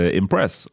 impress